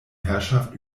herrschaft